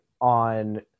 on